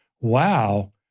wow